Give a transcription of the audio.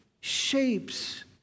shapes